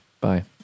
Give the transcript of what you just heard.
bye